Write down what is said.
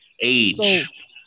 age